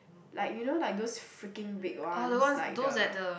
like you know like those freaking big ones like the